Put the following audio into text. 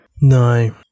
no